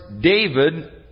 David